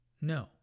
No